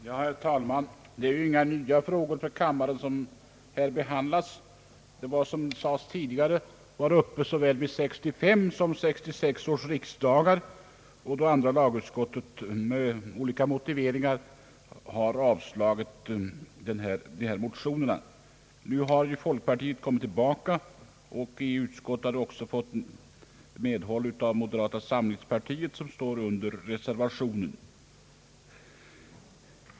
Herr talman! De frågor som nu behandlas är inte nya för kammaren. De har, som redan sagts, varit uppe tidigare, såväl vid 1965 som 1966 års riksdagar, då andra lagutskottet med olika motiveringar avstyrkte liknande motioner. I år har folkpartiet kommit tillbaka med motioner och har i utskottet fått medhåll av moderata samlingspartiet, som också skrivit under reservationen.